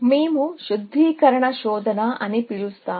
మేము శుద్ధీకరణ శోధన అని పిలుస్తాము